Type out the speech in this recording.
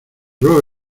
ruego